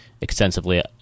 extensively